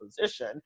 position